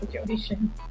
situation